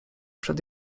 przed